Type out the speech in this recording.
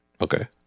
Okay